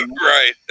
right